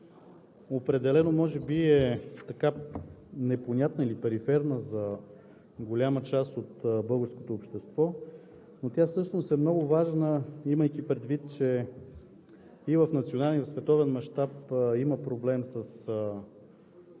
определено може би е непонятна или периферна за голяма част от българското общество, но тя всъщност е много важна, имайки предвид, че и в национален, и в световен мащаб има проблем с